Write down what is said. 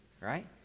right